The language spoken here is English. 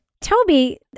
Toby